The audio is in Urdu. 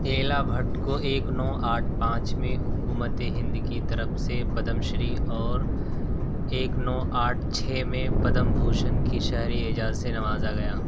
ایلا بھٹ کو ایک نو آٹھ پانچ میں حکومت ہند کی طرف سے پدم شری اور ایک نو آٹھ چھ میں پدم بھوشن کی شہری اعجاز سے نوازا گیا